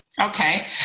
Okay